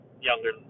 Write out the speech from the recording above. younger